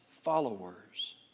followers